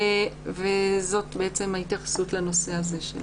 זו ההתייחסות לנושא הזה.